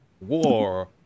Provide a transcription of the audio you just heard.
war